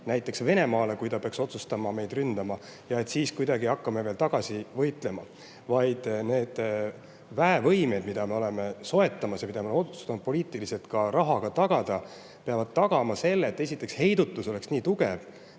näiteks Venemaale, kui ta peaks otsustama meid rünnata, ja et siis kuidagi hakkame veel tagasi võitlema, vaid et need väevõimed, mida oleme soetamas ja mille soetamist oleme otsustanud poliitiliselt ka rahaga tagada, peavad tagama selle, et esiteks heidutus oleks nii tugev,